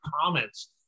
comments